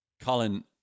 Colin